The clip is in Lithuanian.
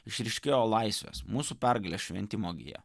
išryškėjo laisvės mūsų pergalės šventimo gija